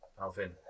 Alvin